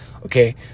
okay